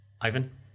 Ivan